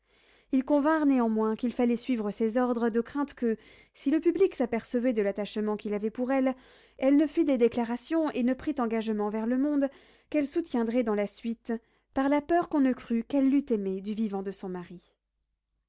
ils convinrent néanmoins qu'il fallait suivre ses ordres de crainte que si le public s'apercevait de l'attachement qu'il avait pour elle elle ne fit des déclarations et ne prît engagements vers le monde qu'elle soutiendrait dans la suite par la peur qu'on ne crût qu'elle l'eût aimé du vivant de son mari